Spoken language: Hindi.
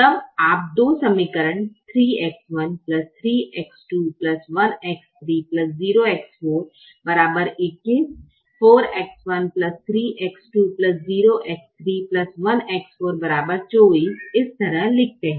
तब आप दो समीकरण 3X13X2X30X421 4X13X20X31X424 इस तरह लिखते हैं